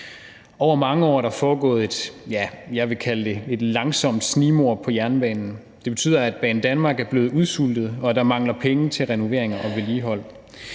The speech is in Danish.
Over mange år er der foregået, jeg vil kalde det et langsomt snigmord på jernbanen. Det betyder, at Banedanmark er blevet udsultet, og at der mangler penge til renovering og vedligehold.